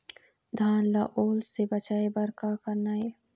धान ला ओल से बचाए बर का करना ये?